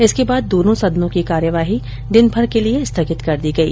इसके बाद दोनों सदनों की कार्यवाही दिनभर के लिये स्थगित कर दी गई